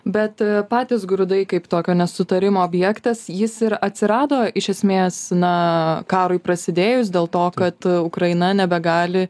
bet patys grūdai kaip tokio nesutarimo objektas jis ir atsirado iš esmės na karui prasidėjus dėl to kad ukraina nebegali